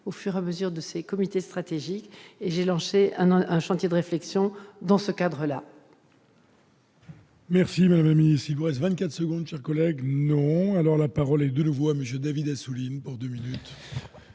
au fur et à mesure des comités stratégiques. J'ai lancé un chantier de réflexion dans ce cadre-là.